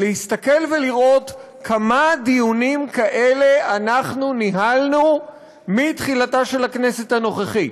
להסתכל ולראות כמה דיונים כאלה אנחנו ניהלנו מתחילתה של הכנסת הנוכחית.